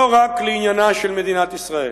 לא רק לעניינה של מדינת ישראל.